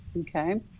Okay